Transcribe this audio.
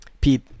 Pete